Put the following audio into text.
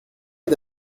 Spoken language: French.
est